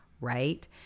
right